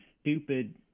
stupid